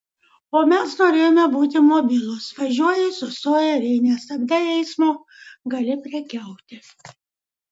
o mes norėjome būti mobilūs važiuoji sustoji ir jei nestabdai eismo gali prekiauti